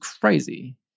crazy